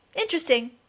Interesting